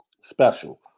special